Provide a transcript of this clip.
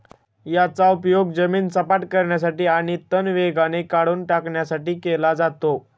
याचा उपयोग जमीन सपाट करण्यासाठी आणि तण वेगाने काढून टाकण्यासाठी केला जातो